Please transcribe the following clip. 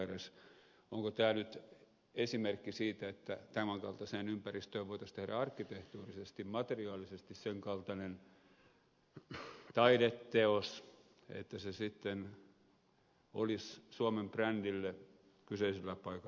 onko tämä nyt esimerkki siitä että tämän kaltaiseen ympäristöön voitaisiin tehdä arkkitehtonisesti materiaalisesti sen kaltainen taideteos että se sitten olisi suomen brändille kyseisellä paikalla eduksi